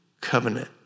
covenant